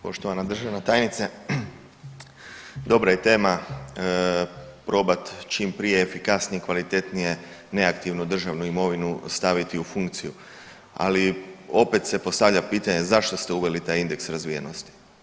Poštovana državna tajnice, dobra je tema probat čim prije efikasnije i kvalitetnije neaktivnu državnu imovinu staviti u funkciju, ali opet se postavlja pitanje zašto ste uveli taj indeks razvijenosti.